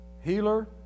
healer